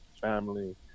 family